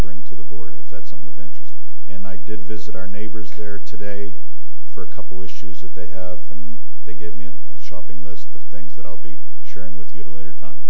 bring to the board if that's something of interest and i did visit our neighbors there today for a couple issues that they have and they gave me a shopping list of things that i'll be sharing with you at a later time